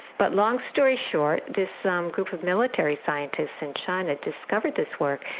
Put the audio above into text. but long story short, this um group of military scientists in china discovered this work,